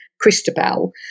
Christabel